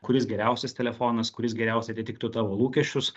kuris geriausias telefonas kuris geriausiai atitiktų tavo lūkesčius